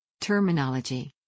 Terminology